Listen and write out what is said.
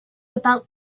about